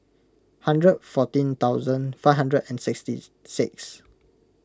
hundred fourteen thousand five hundred and sixty six